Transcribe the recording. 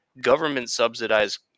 government-subsidized